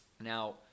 Now